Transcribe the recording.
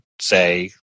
say